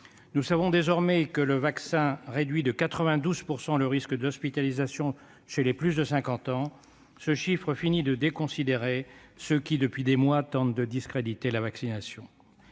Nous savons désormais que le vaccin réduit de 92 % le risque d'hospitalisation chez les plus de cinquante ans. Ce chiffre finit de déconsidérer ceux qui, depuis des mois, tentent de discréditer la vaccination.